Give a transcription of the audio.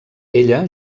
ella